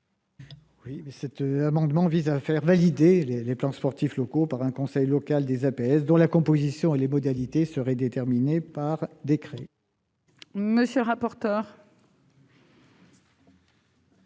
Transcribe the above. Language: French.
Lozach. Cet amendement vise à faire valider les plans sportifs locaux par un conseil local des APS, dont la composition et les modalités seraient déterminées par décret. Quel est l'avis de